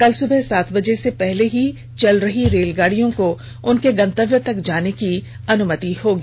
कल सुबह सात बजे पहले से ही चल रही रेलगाड़ियों को उनके गंतव्य तक जाने की अनुमति होगी